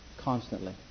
constantly